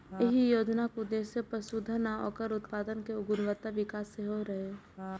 एहि योजनाक उद्देश्य पशुधन आ ओकर उत्पाद केर गुणवत्तापूर्ण विकास सेहो रहै